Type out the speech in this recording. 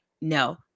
no